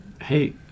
hey